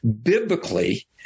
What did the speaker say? biblically